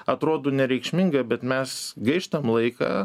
atrodo nereikšminga bet mes gaištam laiką